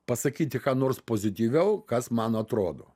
pasakyti ką nors pozityviau kas man atrodo